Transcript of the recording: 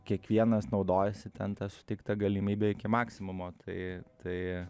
kiekvienas naudojosi ten ta suteikta galimybė iki maksimumo tai tai